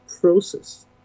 process